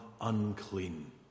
unclean